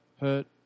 hurt